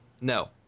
No